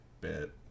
bit